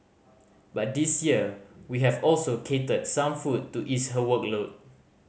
but this year we have also catered some food to ease her workload